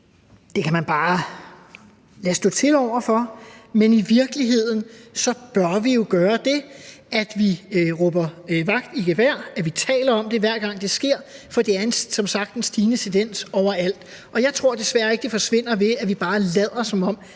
det kan man bare lade stå til over for, men i virkeligheden bør vi jo gøre det, at vi råber vagt i gevær og taler om det, hver gang det sker, for det er som sagt en stigende tendens overalt, og jeg tror desværre ikke, at det forsvinder ved, at vi bare lader, som om